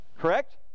Correct